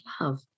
love